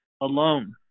alone